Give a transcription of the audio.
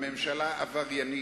הממשלה עבריינית,